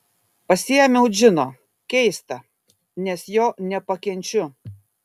pasiėmiau džino keista nes jo nepakenčiu